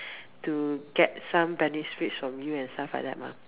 to get some benefits from you and stuff like that mah